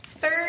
Third